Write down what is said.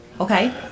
okay